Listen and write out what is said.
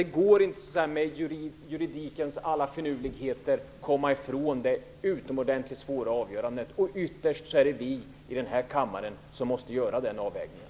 Det går inte att med juridikens alla finurligheter komma ifrån det utomordentligt svåra avgörandet. Ytterst är det vi i den här kammaren som måste göra den avvägningen.